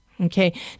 Okay